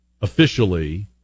officially